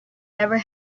never